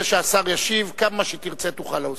אחרי שהשר ישיב, כמה שתרצה תוכל להוסיף.